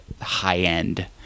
high-end